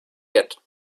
yet